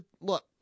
look